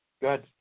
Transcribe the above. Good